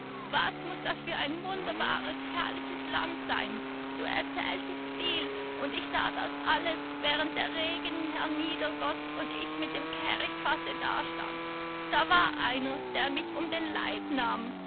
was muß das für ein wunderbares herrliches land sein du erzähltest viel und ich sah das alles während der regen herniedergoß und ich mit dem kehrichtfasse dastand da war einer der mich um den leib nahm